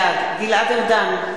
בעד גלעד ארדן,